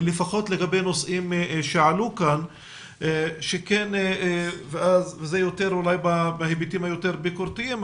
לפחות לגבי נושאים שעלו כאן וזה יותר בהיבטים היותר ביקורתיים.